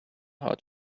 how